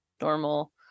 normal